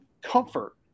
comfort